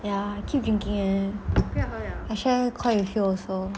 ya I keep drink leh I share KOI with you also